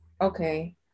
Okay